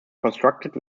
constructed